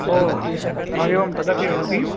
ओ एवं तदपि अस्ति